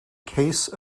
case